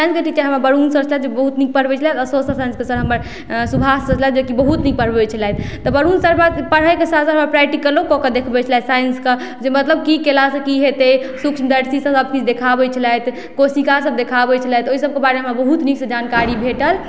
साइन्सके teacher हमर Barun sir छलथि जे बहुत नीक पढ़बै छलथि आओर सोशल साइन्सके सर हमर सुभाष सर छलथि जे कि बहुत नीक पढ़बै छलथि तऽ बरुण सर पढ़बैके साथ साथ हमरा प्रैक्टिकलो कऽके देखबै छलथि साइन्सके जे मतलब की केला से की हेतै सूक्ष्मदर्शी से सब किछु देखाबै छलथि कोशिका सब देखाबै छलथि ओहि सबके बारेमे बहुत नीक से जानकारी भेटल